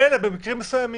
"אלא במקרים מסוימים".